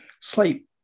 sleep